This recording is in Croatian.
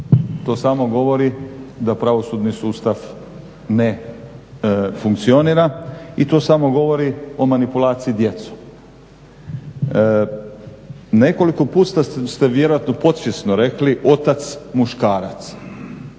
to samo govori da pravosudni sustav ne funkcionira i to samo govori o manipulaciji djecom. Nekoliko puta ste vjerojatno podsvjesno rekli otac-muškarac